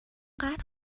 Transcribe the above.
قدر